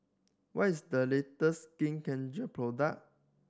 what is the latest Skin Ceutical product